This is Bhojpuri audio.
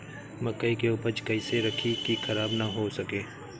मकई के उपज कइसे रखी की खराब न हो सके?